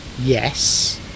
yes